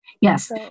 Yes